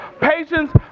Patience